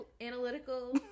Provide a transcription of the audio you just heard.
Analytical